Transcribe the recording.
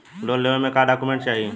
Loan लेवे मे का डॉक्यूमेंट चाही?